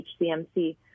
HCMC